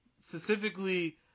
specifically